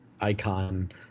icon